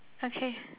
okay